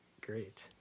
great